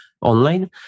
online